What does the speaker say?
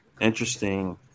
interesting